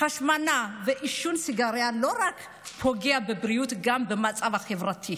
ההשמנה ועישון הסיגריות פוגעים לא רק בבריאות אלא גם במצב החברתי.